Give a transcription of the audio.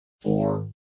four